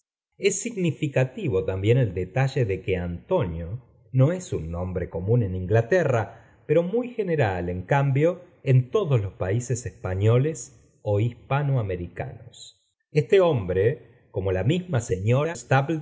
es sigmficativo también el detalle de que antonio no es un nombre común en inglaterra pero muy general en cambio en todos los países españoles o hispano americanos este hombre como la misrna señora